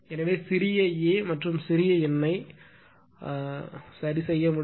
எனவே சிறிய a மற்றும் சிறிய n ஐ சரிசெய்ய முடியும்